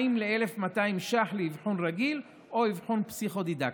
ל-1,200 ש"ח לאבחון רגיל או אבחון פסיכו-דידקטי.